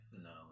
No